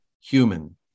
human